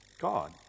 God